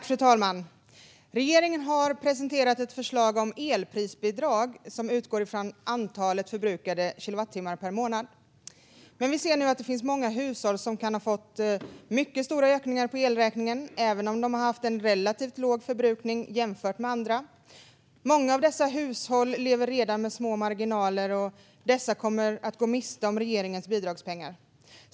Fru talman! Regeringen har presenterat ett förslag om elprisbidrag som utgår från antalet förbrukade kilowattimmar per månad. Men vi ser nu att det finns många hushåll som kan ha fått mycket stora ökningar på elräkningen, även om de haft en relativt låg förbrukning jämfört med andra. Många av dessa hushåll lever redan med små marginaler men kommer att gå miste om regeringens bidragspengar.